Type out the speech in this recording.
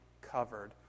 covered